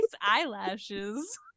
eyelashes